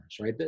right